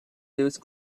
those